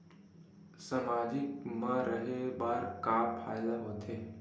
सामाजिक मा रहे बार का फ़ायदा होथे?